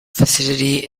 facility